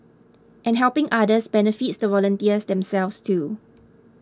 and helping others benefits the volunteers themselves too